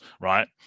right